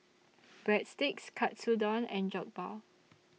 Breadsticks Katsudon and Jokbal